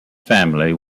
family